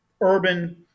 urban